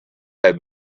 had